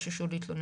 לא יחששו להתלונן.